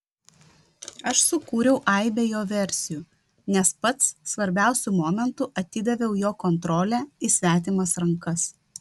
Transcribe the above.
aš sukūriau aibę jo versijų nes pats svarbiausiu momentu atidaviau jo kontrolę į svetimas rankas